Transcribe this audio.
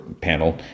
panel